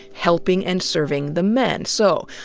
helping and serving the men. so,